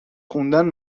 خوندن